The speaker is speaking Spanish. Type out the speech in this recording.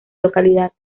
localidad